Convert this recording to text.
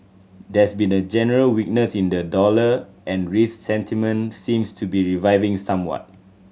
there's been a general weakness in the dollar and risk sentiment seems to be reviving somewhat